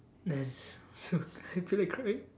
that's so I feel like crying